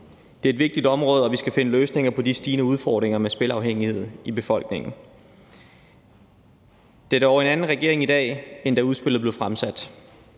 Det er et vigtigt område, og vi skal finde løsninger på de stigende udfordringer med spilafhængighed i befolkningen. Det er dog en anden regering i dag, end da udspillet blev fremsat.